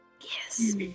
Yes